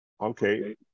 Okay